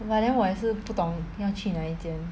but then 我也是不懂要去哪一间